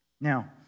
Now